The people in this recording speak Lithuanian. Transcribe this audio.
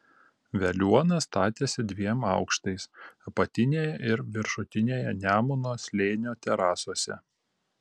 veliuona statėsi dviem aukštais apatinėje ir viršutinėje nemuno slėnio terasose